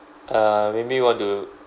uh maybe you want to